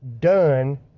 done